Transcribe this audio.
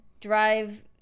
drive